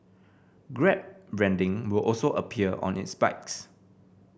grab branding will also appear on its bikes